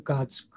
God's